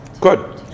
Good